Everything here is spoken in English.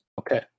Okay